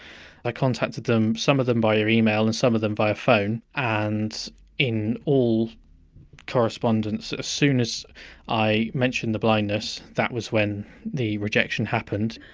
ah contacted them some of them via email and some of them via phone and in all correspondence as soon as i mentioned the blindness that was when the rejection happened.